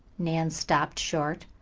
nan stopped short.